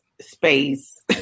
space